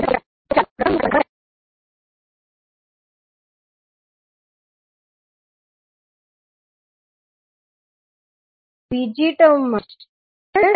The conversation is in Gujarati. તેથી હવે આપણી પાસે S ડોમેઇન માં આ બધા ઘટકો છે